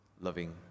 loving